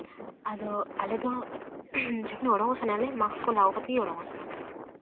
ᱟᱫᱚ ᱟᱞᱮ ᱫᱚ ᱡᱚᱠᱷᱚᱱ ᱚᱰᱚᱝ ᱚᱜ ᱥᱟᱱᱟᱞᱮᱭᱟ ᱢᱟᱠᱥ ᱠᱚ ᱞᱟᱜᱟᱣ ᱠᱟᱛᱮ ᱞᱮ ᱩᱰᱩᱠᱚᱜ ᱥᱟᱱᱟ ᱞᱮᱭᱟ